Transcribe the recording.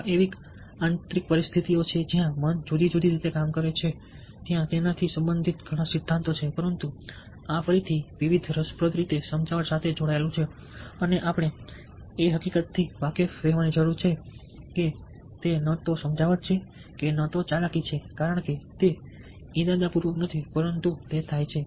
આ એવી આંતરિક પરિસ્થિતિઓ છે કે જ્યાં મન જુદી જુદી રીતે કામ કરે છે ત્યાં તેનાથી સંબંધિત ઘણા સિદ્ધાંતો છે પરંતુ આ ફરીથી વિવિધ રસપ્રદ રીતે સમજાવટ સાથે જોડાયેલું છે અને આપણે એ હકીકતથી વાકેફ રહેવાની જરૂર છે કે તે ન તો સમજાવટ છે કે ન તો ચાલાકી છે કારણ કે તે ઇરાદાપૂર્વક નથી પરંતુ તે થાય છે